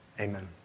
Amen